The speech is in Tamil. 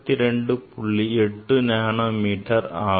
8 நானோ மீட்டர் ஆகும்